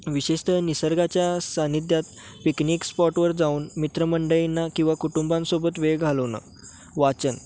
विशेषत निसर्गाच्या सानिध्यात पिकनिक स्पॉटवर जाऊन मित्रमंडळींना किंवा कुटुंबांसोबत वेळ घालवणं वाचन